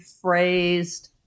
phrased